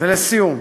ולסיום,